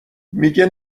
میگه